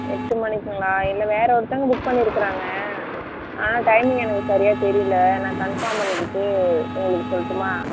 எட்டு மணிக்கிங்களா இல்லை வேறு ஒருத்தவங்க புக் பண்ணிருக்கிறாங்க ஆ டைமிங் எனக்கு சரியாக தெரியல நான் கன்ஃபார்ம் பண்ணிக்கிட்டு உங்களுக்கு சொல்லட்டுமா